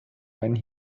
when